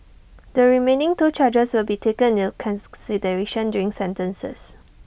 the remaining two charges will be taken into consideration during sentencing